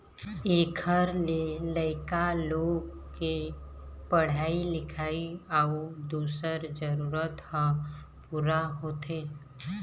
एखर ले लइका लोग के पढ़ाई लिखाई अउ दूसर जरूरत ह पूरा होथे